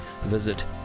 visit